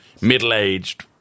middle-aged